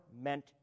meant